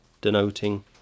denoting